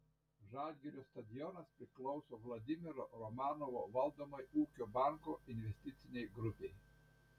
žalgirio stadionas priklauso vladimiro romanovo valdomai ūkio banko investicinei grupei